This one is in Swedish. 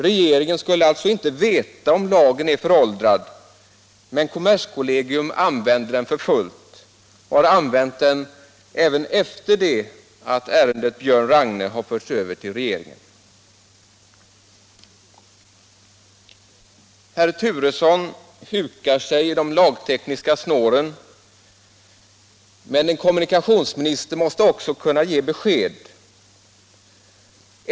Regeringen skulle alltså inte veta om lagen är föråldrad eller ej, men kommerskollegium använder den för fullt och har använt den även efter det att ärendet ”Björn Ragne” har förts över till regeringen. Herr Turesson hukar sig i de lagtekniska snåren, men en kommunikationsminister måste också kunna ge besked.